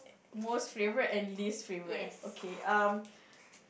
most favourite and least favourite okay um